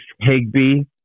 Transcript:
Higby